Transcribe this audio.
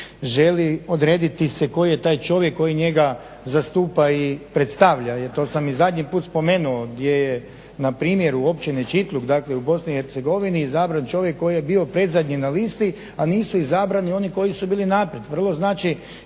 želi odrediti se koji je taj čovjek koji njega zastupa i predstavlja, jer to sam i zadnji put spomenuo gdje je na primjeru općine Čitluk dakle u Bosni i Hercegovini izabran čovjek koji je bio predzadnji na listi, a nisu izabrani koji su bili naprijed,